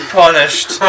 punished